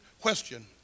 question